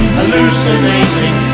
hallucinating